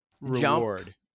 reward